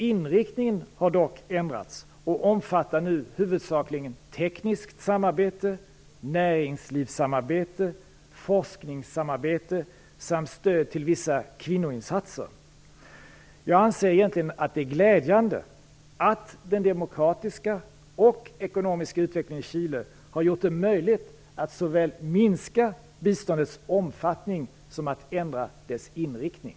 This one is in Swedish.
Inriktningen har dock ändrats och omfattar nu i huvudsak tekniskt samarbete, näringslivssamarbete, forskningssamarbete samt stöd till vissa kvinnoinsatser. Jag anser att det är glädjande att den demokratiska och ekonomiska utvecklingen i Chile har gjort det möjligt att såväl minska biståndets omfattning som att ändra dess inriktning.